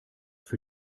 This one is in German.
für